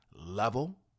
level